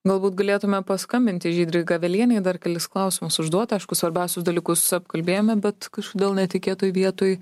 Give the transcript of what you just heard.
galbūt galėtume paskambinti žydrei gavelienei dar kelis klausimus užduot aišku svarbiausius dalykus apkalbėjome bet kažkodėl netikėtoj vietoj